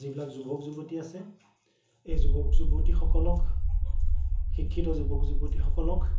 যিবিলাক যুৱক যুৱতী আছে এই যুৱক যুৱতীসকলক শিক্ষিত যুৱক যুৱতীসকলক